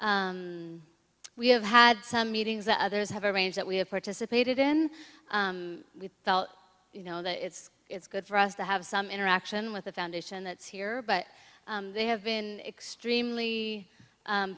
we have had some meetings that others have a range that we have participated in we felt you know that it's it's good for us to have some interaction with the foundation that's here but they have been extremely